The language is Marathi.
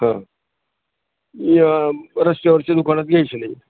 हा या रस्त्यावरच्या दुकानात घ्यायचे नाही